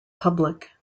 public